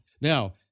Now